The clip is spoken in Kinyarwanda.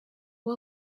uwo